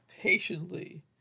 patiently